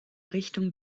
richtung